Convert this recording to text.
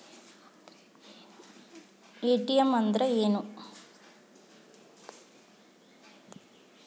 ATM ಅಂದ್ರ ಏನು?